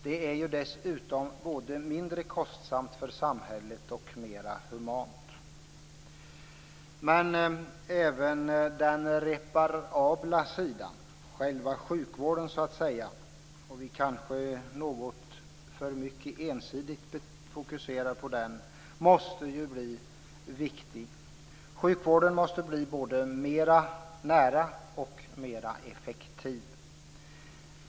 Det är dessutom både mindre kostsamt för samhället och mera humant. Men även den reparabla sidan, dvs. själva sjukvården - vi fokuserar kanske något för ensidigt på den - måste bli viktig. Sjukvården måste bli både mer nära och mer effektiv.